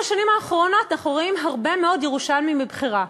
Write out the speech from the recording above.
בשנים האחרונות אנחנו רואים הרבה מאוד ירושלמים מבחירה,